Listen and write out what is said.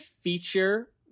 feature